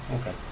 okay